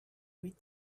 read